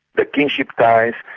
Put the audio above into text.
the kinship ties,